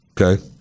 okay